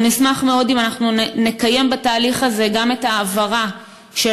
אנחנו נשמח מאוד אם נקיים בתהליך הזה גם את ההעברה של